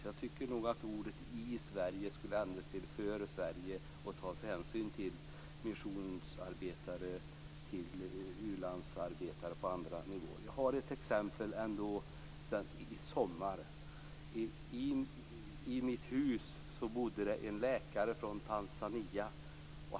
Jag tycker nog att orden "i Sverige" skulle ändras till "för Sverige". Man borde ta hänsyn till missionsarbetare och u-landsarbetare. Jag har ett exempel från förra sommaren. I mitt hus bodde det då en läkare.